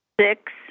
six